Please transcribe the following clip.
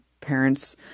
parents